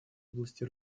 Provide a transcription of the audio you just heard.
области